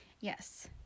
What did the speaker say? yes